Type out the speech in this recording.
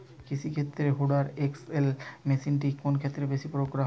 কৃষিক্ষেত্রে Hoover XL মেশিনটি কোন ক্ষেত্রে বেশি প্রয়োগ করা হয়?